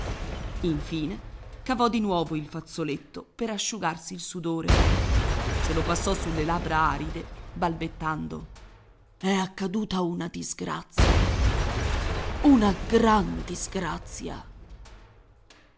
infine cavò di nuovo il fazzoletto per asciugarsi il sudore se lo passò sulle labbra aride balbettando è accaduta una disgrazia una gran disgrazia